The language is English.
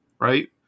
right